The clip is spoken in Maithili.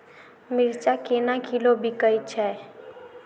मिर्चा केना किलो बिकइ छैय?